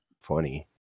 funny